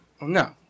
No